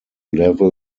level